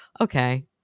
Okay